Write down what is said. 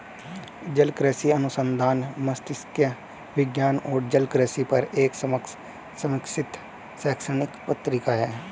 जलकृषि अनुसंधान मात्स्यिकी विज्ञान और जलकृषि पर एक समकक्ष समीक्षित शैक्षणिक पत्रिका है